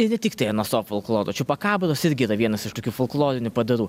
ir ne tiktai nso folkloro čiupakabros irgi yra vienas iš tokių folklorinių padarų